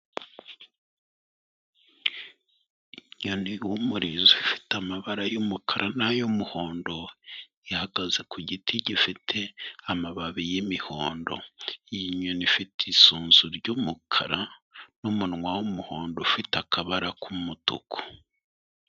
Inyoni y'umurizo ifite amabara y'umukara n'ay'umuhondo, ihagaze ku giti gifite amababi y'imihondo, iyi nyoni ifite isunzu ry'umukara n'umunwa w'umuhondo ufite akabara k'umutuku.